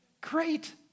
Great